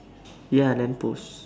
ya lamp post